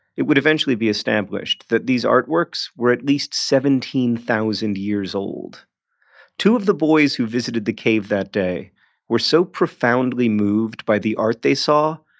it would eventually be established that these artworks were at least seventeen thousand years old two of the boys who visited the cave that day were so profoundly moved by the art they saw,